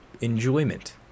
enjoyment